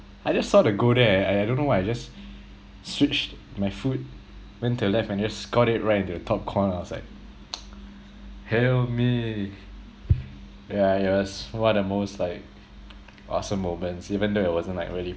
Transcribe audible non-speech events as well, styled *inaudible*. I just sort of go there and I I don't know why I just switched my foot went to the left and just scored it right into the top corner I was like *noise* hail me yeah it was one of the most like awesome moments even though it wasn't like really